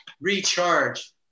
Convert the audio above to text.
recharge